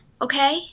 okay